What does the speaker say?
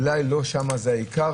אולי לא שם זה העיקר,